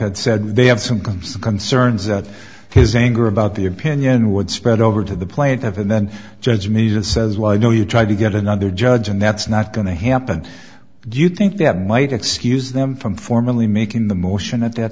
had said they have some good some concerns that his anger about the opinion would spread over to the plaintiff and then judge me that says well i know you tried to get another judge and that's not going to happen do you think that might excuse them from formally making the motion at that